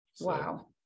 Wow